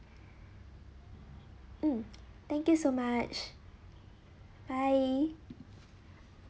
um thank you so much bye